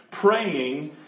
praying